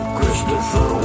Christopher